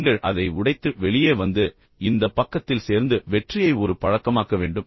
நீங்கள் அதை உடைத்து வெளியே வந்து இந்த பக்கத்தில் சேர்ந்து வெற்றியை ஒரு பழக்கமாக்க வேண்டும்